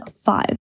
five